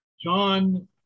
John